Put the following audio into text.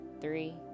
three